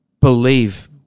believe